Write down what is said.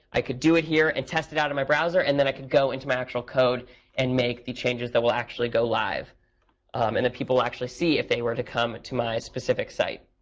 i could do it here and test it out on my browser. and then, i could go into my actual code and make the changes that will actually go live and that people actually see, if they were to come to my specific site.